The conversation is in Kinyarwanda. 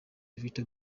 little